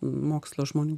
mokslo žmonių